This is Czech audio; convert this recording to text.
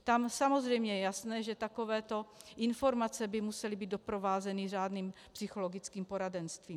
Tam samozřejmě je jasné, že takové informace by musely být doprovázeny řádným psychologickým poradenstvím.